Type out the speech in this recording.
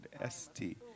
S-T